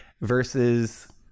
versus